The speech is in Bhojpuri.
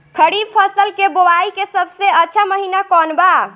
खरीफ फसल के बोआई के सबसे अच्छा महिना कौन बा?